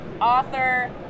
author